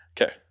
Okay